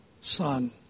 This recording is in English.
son